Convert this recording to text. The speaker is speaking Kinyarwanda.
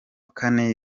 kane